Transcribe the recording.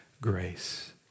grace